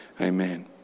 Amen